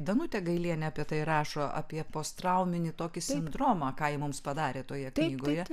danutė gailienė apie tai rašo apie posttrauminį tokį sindromą ką jie mums padarė toje knygoje